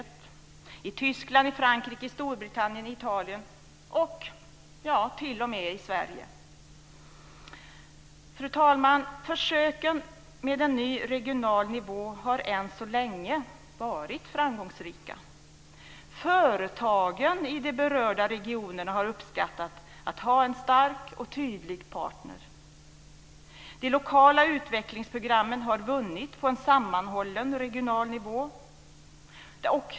Detta sker i Tyskland, Frankrike, Storbritannien och Fru talman! Försöken med en ny, regional nivå har än så länge varit framgångsrika. Företagen i de berörda regionerna har uppskattat att ha en stark och tydlig partner. De lokala utvecklingsprogrammen har vunnit på en sammanhållen regional nivå.